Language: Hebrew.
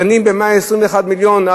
דנים ב-121 מיליון,